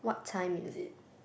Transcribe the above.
what time is it